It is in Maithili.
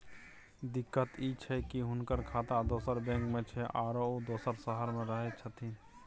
दिक्कत इ छै की हुनकर खाता दोसर बैंक में छै, आरो उ दोसर शहर में रहें छथिन